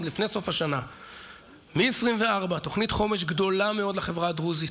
עוד לפני סוף השנה: מ-2024 תוכנית חומש גדולה מאוד לחברה הדרוזית,